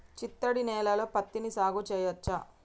చిత్తడి నేలలో పత్తిని సాగు చేయచ్చా?